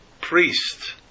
priest